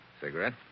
Cigarette